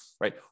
right